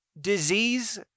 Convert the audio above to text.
disease